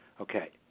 Okay